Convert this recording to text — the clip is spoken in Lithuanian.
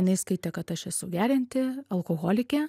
jinai skaitė kad aš esu gerianti alkoholikė